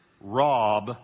rob